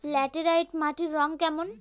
Laterite মাটির রং কেমন?